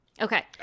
Okay